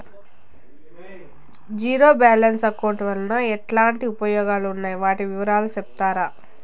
Zero balance account వలన ఎట్లాంటి ఉపయోగాలు ఉన్నాయి? వాటి వివరాలు సెప్తారా?